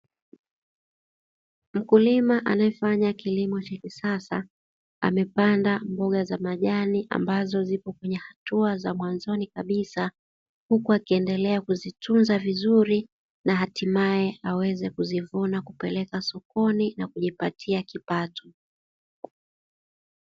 Mkulima anaefanya kilimo cha kisasa amepanda mboga za majani, ambazo zipo kwenye hatua za mwanzoni kabisa huku akiendelea, kuzitunza vizuri na hatimae aweze kuzivuna kupeleka sokoni na kujipatia kipato.